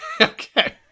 Okay